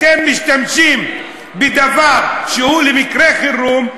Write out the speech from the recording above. אתם משתמשים בדבר שהוא למקרה חירום,